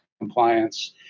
compliance